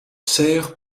sert